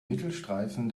mittelstreifen